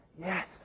Yes